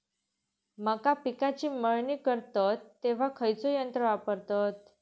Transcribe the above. मका पिकाची मळणी करतत तेव्हा खैयचो यंत्र वापरतत?